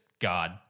God